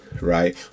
right